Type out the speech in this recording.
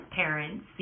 parents